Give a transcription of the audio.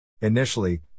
Initially